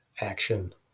action